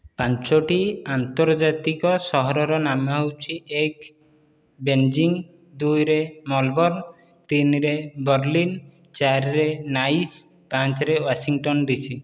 ପାଞ୍ଚଗୋଟି ଅନ୍ତର୍ଜାତିକ ସହରର ନାମ ହେଉଛି ଏକ ବେଜିଙ୍ଗ ଦୁଇରେ ମେଲବର୍ଣ୍ଣ ତିନ ରେ ବର୍ଲିନ ଚାରିରେ ନାଇଜର ପାଞ୍ଚରେ ୱାଶିଂଟନ ଡିସି